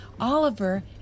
Oliver